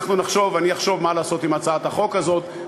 אני אחשוב מה לעשות עם הצעת החוק הזאת,